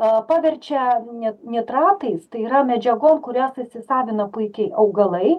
a paverčia ni nitratais tai yra medžiagom kurios įsisavina puikiai augalai